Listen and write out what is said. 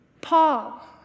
Paul